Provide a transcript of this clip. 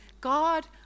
God